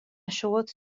short